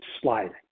sliding